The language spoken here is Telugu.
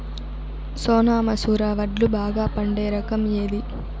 సోనా మసూర వడ్లు బాగా పండే రకం ఏది